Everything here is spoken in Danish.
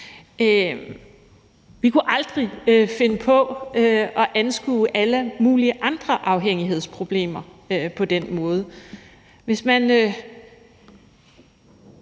Vi kunne aldrig finde på at anskue alle mulige andre afhængighedsproblemer på den måde.